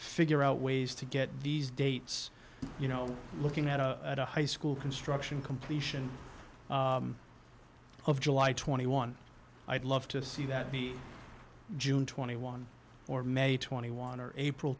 figure out ways to get these dates you know looking at a high school construction completion of july twenty one i'd love to see that be june twenty one or may twenty water april